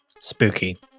Spooky